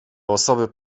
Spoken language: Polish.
osoby